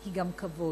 היא גם כבוד.